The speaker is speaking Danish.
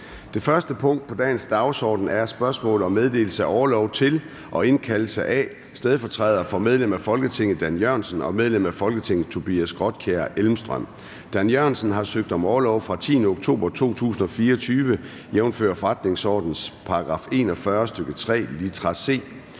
Det første punkt på dagsordenen er: 1) Spørgsmål om meddelelse af orlov til og indkaldelse af stedfortræder for medlem af Folketinget Dan Jørgensen (S) og medlem af Folketinget Tobias Grotkjær Elmstrøm (M). Kl. 10:00 Formanden (Søren Gade): Dan Jørgensen (S) har søgt om orlov fra den 10. oktober 2024 jf. forretningsordenens § 41, stk. 3, litra